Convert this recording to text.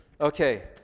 Okay